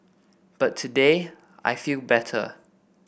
but today I feel better